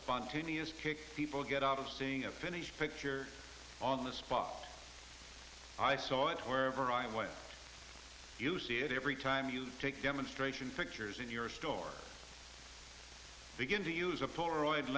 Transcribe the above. spontaneous kick people get out of seeing a finished picture on the spot i saw it wherever i went you see it every time you take demonstration pictures and store begin to use a polaroid